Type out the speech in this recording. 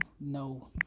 no